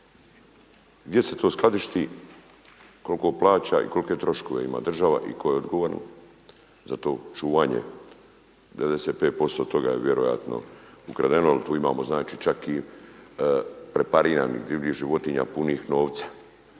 Gdje se to skladišti, koliko plaće i kolike troškove ima država i tko je odgovoran za to čuvanje? 95% je vjerojatno je ukradeno jel tu imamo čak i prepariranih divljih životinja punih novca,